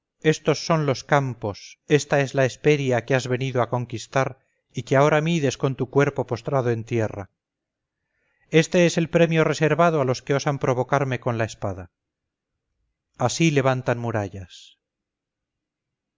estos son los campos esta es la hesperia que has venido a conquistar y que ahora mides con tu cuerpo postrado en tierra este es el premio reservado a los que osan provocarme con la espada así levantan murallas